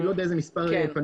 אני לא יודע איזה מספר פנוי,